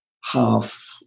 half